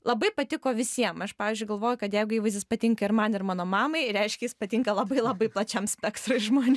labai patiko visiem aš pavyzdžiui galvojau kad jeigu įvaizdis patinka ir man ir mano mamai reiškia jis patinka labai labai plačiam spektrui žmon